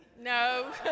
no